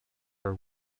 her